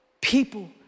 people